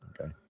Okay